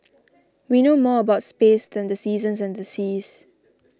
we know more about space than the seasons and the seas